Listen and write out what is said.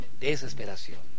Desesperación